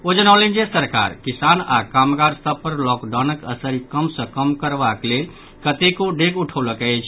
ओ जनौलनि जे सरकार किसान आओर कामगार सभ पर लॉकडाउनक असरि कम सँ कम करबाक लेल कतेको डेग उठौलक अछि